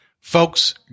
folks